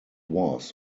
was